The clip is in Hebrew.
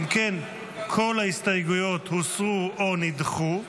אם כן, כל ההסתייגויות הוסרו או נדחו.